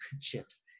Chips